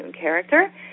character